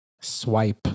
swipe